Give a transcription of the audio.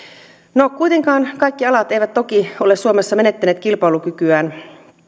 no kuitenkaan kaikki alat eivät toki ole suomessa menettäneet kilpailukykyään